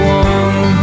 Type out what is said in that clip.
one